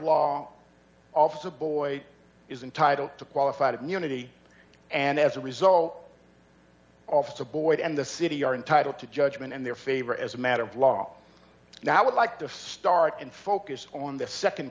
law office a boy is entitled to qualified immunity and as a result of the void and the city are entitled to judgment in their favor as a matter of law now i would like to start and focus on the